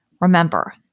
Remember